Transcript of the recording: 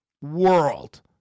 world